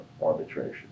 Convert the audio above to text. arbitration